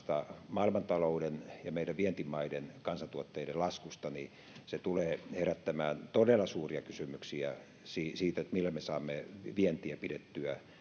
maailmantalouden ja meidän vientimaiden kansantuotteiden laskusta tulee herättämään todella suuria kysymyksiä siitä millä me saamme vientiä pidettyä